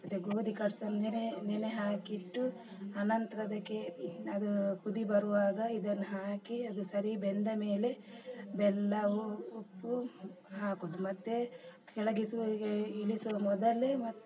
ಮತ್ತೆ ಗೋಧಿ ಕಡ್ಸನ್ ನೆನೆ ನೆನೆ ಹಾಕಿಟ್ಟು ಅನಂತರ ಅದಕ್ಕೆ ಅದು ಕುದಿ ಬರುವಾಗ ಇದನ್ನ ಹಾಕಿ ಅದು ಸರಿ ಬೆಂದಮೇಲೆ ಬೆಲ್ಲ ಉಪ್ಪು ಹಾಕೋದು ಮತ್ತೆ ಕೆಳಗೆ ಇಳಿಸುವ ಮೊದಲೇ